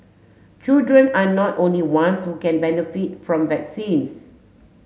children are not only ones who can benefit from vaccines